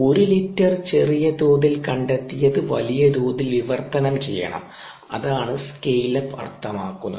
1 litre ചെറിയ തോതിൽ കണ്ടെത്തിയത് വലിയ തോതിൽ വിവർത്തനം ചെയ്യണം അതാണ് സ്കെയിൽ അപ്പ് അർത്ഥമാക്കുന്നത്